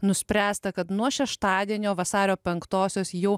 nuspręsta kad nuo šeštadienio vasario penktosios jau